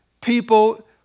people